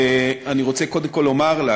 אני רוצה קודם כול לומר לה